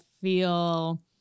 feel